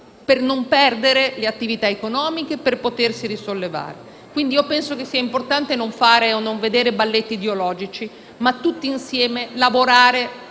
per non perdere le attività economiche, per potersi risollevare. Quindi, penso sia importante non fare o vedere balletti ideologici, ma tutti insieme lavorare